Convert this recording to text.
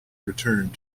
returned